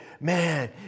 Man